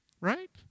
Right